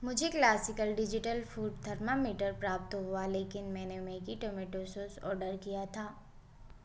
मुझे classical digital food thermometer प्राप्त हुआ लेकिन मैंने मेगी टमेटो सोस ऑडर किया था